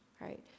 right